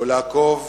אלא לעקוב,